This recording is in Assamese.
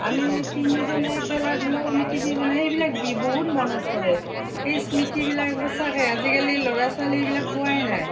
আমি তিনিজনে খেলা ধূলা আৰু আমি তিনিজনেই সেইবিলাক বহুত মনত পৰে এই স্মৃতিবিলাক সঁচাকৈ আজিকালিৰ ল'ৰা ছোৱালী এইবিলাক পোৱাই নাই